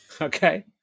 Okay